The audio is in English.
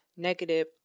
Negative